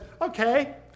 okay